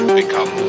become